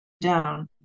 down